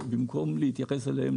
במקום להתייחס אליהן